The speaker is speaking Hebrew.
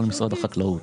לא למשרד החקלאות.